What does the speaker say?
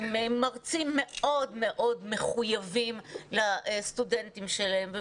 יש מרצים מאוד מאוד מחויבים לסטודנטים שלהם,